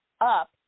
up